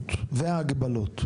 החובות וההגבלות,